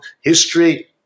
history